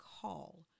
call